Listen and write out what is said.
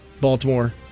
Baltimore